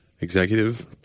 executive